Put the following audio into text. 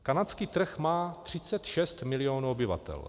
Kanadský trh má 36 milionů obyvatel.